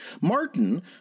Martin